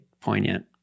poignant